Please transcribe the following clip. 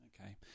Okay